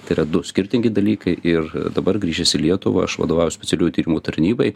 tai yra du skirtingi dalykai ir dabar grįžęs į lietuvą aš vadovauju specialiųjų tyrimų tarnybai